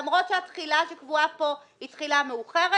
למרות שהתחילה שקבועה פה היא תחילה מאוחרת,